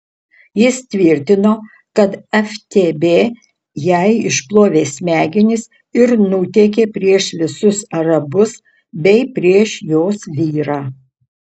jis tvirtino kad ftb jai išplovė smegenis ir nuteikė prieš visus arabus bei prieš jos vyrą